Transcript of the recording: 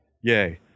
yay